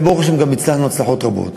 וברוך השם גם הצלחנו הצלחות רבות.